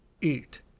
eat